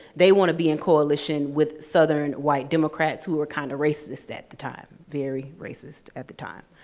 they wanna be in coalition with southern white democrats, who were kinda racist at the time, very racist at the time.